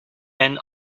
and